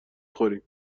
خوریم